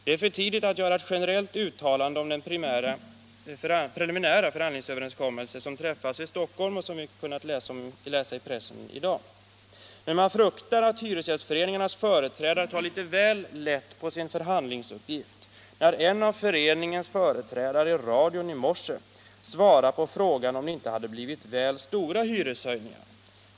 Det är för tidigt att göra ett generellt uttalande om den preliminära förhandlingsöverenskommelse som träffats i Stockholm och som vi kunnat läsa om i pressen i dag. Men man fruktar att hyresgästföreningarnas företrädare tar litet väl lätt på sin förhandlingsuppgift sedan man hört en av dem i radion i morse svara på frågan om det inte hade blivit väl stora hyreshöjningar.